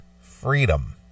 Freedom